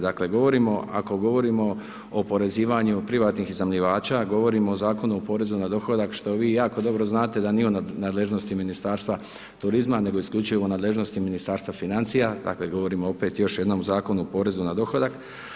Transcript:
Dakle govorimo, ako govorimo o oporezivanju privatnih iznajmljivača, govorimo o Zakonu o porezu na dohodak što vi jako dobro znate da nije u nadležnosti Ministarstva turizma nego isključivo u nadležnosti Ministarstva financija, dakle govorimo opet o još jednom Zakonu o porezu na dohodak.